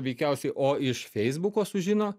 veikiausiai o iš feisbuko sužino